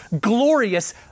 glorious